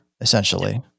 essentially